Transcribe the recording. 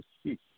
speak